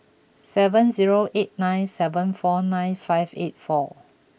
seven zero eight nine seven four nine five eight four